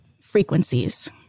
frequencies